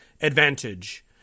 advantage